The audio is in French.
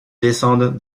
descende